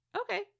Okay